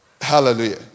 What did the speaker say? Hallelujah